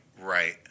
Right